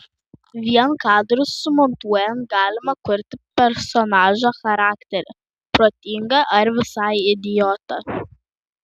vien kadrus sumontuojant galima kurti personažo charakterį protingą ar visai idiotą